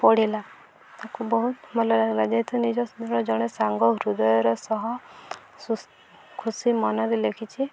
ପଢ଼ିଲା ତାକୁ ବହୁତ ଭଲ ଲାଗିଲା ଯେହେତୁ ନିଜ ଜଣେ ସାଙ୍ଗ ହୃଦୟର ସହ ଖୁସି ମନରେ ଲେଖିଛି